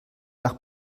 nach